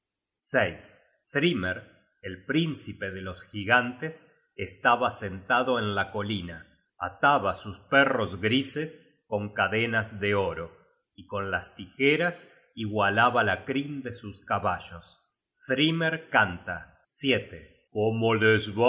gigantes thrymer el príncipe de los gigantes estaba sentado en la colina ataba sus perros grises con cadenas de oro y con las tijeras igualaba la crin de sus caballos thrymer catlta cómo